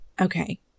Okay